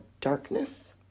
darkness